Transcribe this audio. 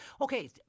Okay